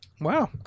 Wow